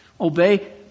obey